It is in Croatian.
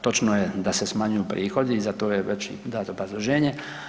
Točno je da se smanjuju prihodi, za to je već dato obrazloženje.